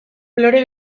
kolore